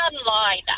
online